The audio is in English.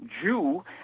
Jew